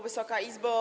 Wysoka Izbo!